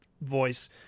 voice